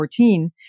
2014